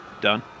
Done